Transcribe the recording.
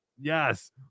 yes